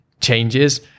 changes